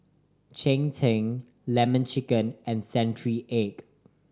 cheng tng Lemon Chicken and century egg